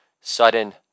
sudden